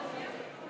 אפשר עוד להצביע?